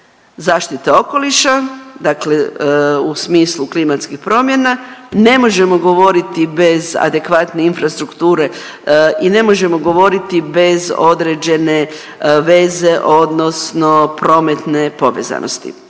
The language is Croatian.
zaštite okoliša, dakle u smislu klimatskih promjena, ne možemo govoriti bez adekvatne infrastrukture i ne možemo govoriti bez određene veze odnosno prometne povezanosti.